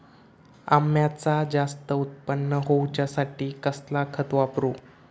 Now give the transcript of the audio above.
अम्याचा जास्त उत्पन्न होवचासाठी कसला खत वापरू?